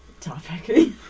topic